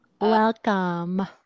Welcome